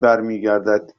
برمیگردد